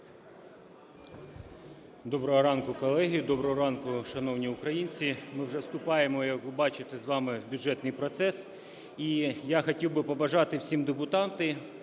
Доброго ранку, колеги! Доброго ранку, шановні українці! Ми вже вступаємо, як ви бачите, з вами в бюджетний процес. І я хотів би побажати всім депутатам,